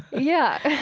yeah,